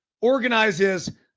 organizes